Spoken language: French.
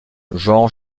genre